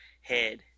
head